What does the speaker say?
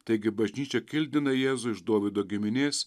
taigi bažnyčia kildina jėzų iš dovydo giminės